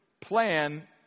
plan